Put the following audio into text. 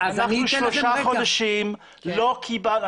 שלושה חודשים לא קיבלנו,